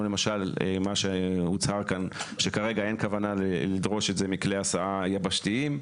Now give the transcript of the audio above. למשל מה שהוצהר כאן שכרגע אין כוונה את זה מכלי הסעה יבשתיים.